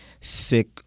sick